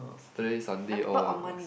Saturday Sunday all must